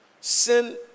Sin